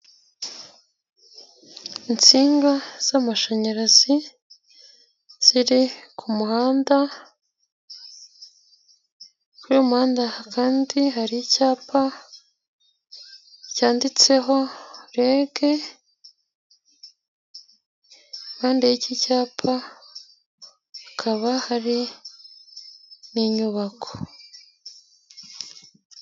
Insinga z'amashanyarazi ziri ku kumuhanda, kuri uyu muhanda kandi hari icyapa cyanditseho REG impande y'iki cyapa hakaba hari n'inyubako.